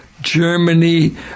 Germany